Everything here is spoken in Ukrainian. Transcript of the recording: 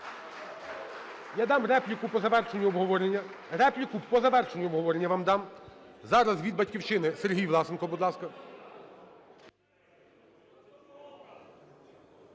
Я дам репліку по завершенню обговорення. Репліку по завершенню обговорення вам дам. Зараз від "Батьківщини" СергійВласенко, будь ласка.